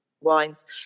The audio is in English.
wines